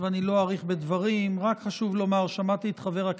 כי אני לא שמעתי תגובה.